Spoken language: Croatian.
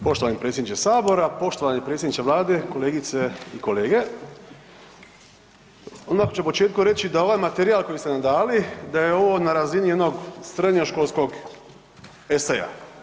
Poštovani predsjedniče sabora, poštovani predsjedniče Vlade, kolegice i kolege, odmah ću na početku reći da ovaj materijal koji ste nam dali, da je ovo na razini jednog srednjoškolskog eseja.